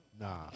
Nah